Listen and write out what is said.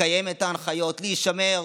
לקיים את ההנחיות, להישמר,